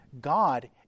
God